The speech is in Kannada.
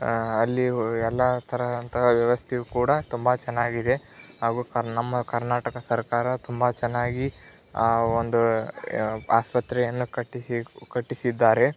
ಅಲ್ಲಿ ಎಲ್ಲ ಥರದಂತಹ ವ್ಯವಸ್ಥೆಯೂ ಕೂಡ ತುಂಬ ಚೆನ್ನಾಗಿದೆ ಹಾಗೂ ಕರ ನಮ್ಮ ಕರ್ನಾಟಕ ಸರ್ಕಾರ ತುಂಬ ಚೆನ್ನಾಗಿ ಆ ಒಂದು ಆಸ್ಪತ್ರೆಯನ್ನು ಕಟ್ಟಿಸಿ ಕಟ್ಟಿಸಿದ್ದಾರೆ